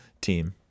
team